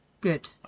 Good